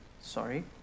sorry